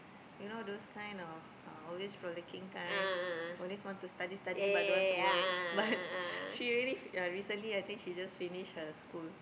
you know those kind of uh always frolicking kind always want to study study but don't want to work but she really ya recently I think she just finish her school